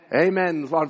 Amen